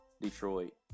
Detroit